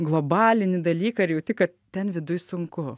globalinį dalyką ir jauti kad ten viduj sunku